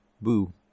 Boo